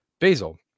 basil